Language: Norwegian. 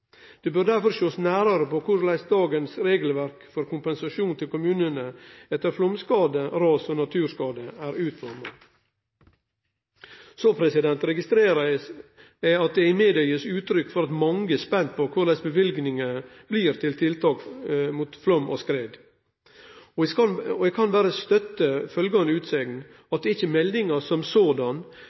Det bør derfor sjåast nærare på korleis dagens regelverk for kompensasjon til kommunane etter flaum, ras og naturskade er utforma. Så registrerer eg at ein i media gir uttrykk for at mange er spente på kva løyvingane til tiltak mot flaum og skred blir. Eg kan berre støtte utsegna om at det ikkje er meldinga, men budsjetta framover som